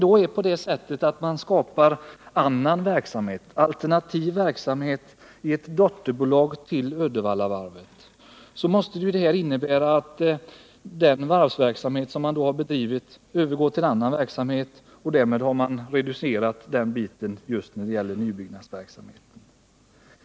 Men om man då skapar alternativ verksamhet i ett dotterbolag till Uddevallavarvet måste det ju innebära att den varvsverksamhet som har bedrivits övergår i annan verksamhet, och därmed har den reducerats just genom nyproduktionen.